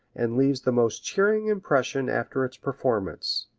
and leaves the most cheering impression after its performance.